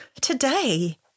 today